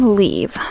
leave